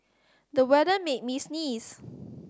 the weather made me sneeze